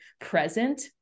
present